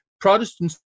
Protestants